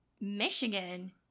Michigan